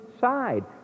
side